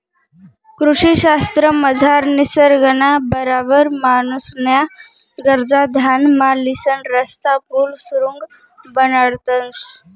कृषी शास्त्रमझार निसर्गना बराबर माणूसन्या गरजा ध्यानमा लिसन रस्ता, पुल, सुरुंग बनाडतंस